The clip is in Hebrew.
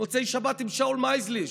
מוצאי שבת עם שאול מייזליש.